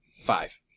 Five